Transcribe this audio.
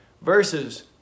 verses